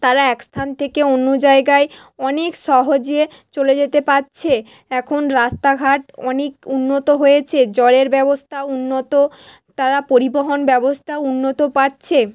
তারা এক স্থান থেকে অন্য জায়গায় অনেক সহজে চলে যেতে পারছে এখন রাস্তাঘাট অনেক উন্নত হয়েছে জলের ব্যবস্থা উন্নত তারা পরিবহন ব্যবস্থা উন্নত পাচ্ছে